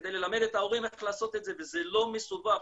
כדי ללמד את ההורים איך לעשות את זה וזה לא מסובך,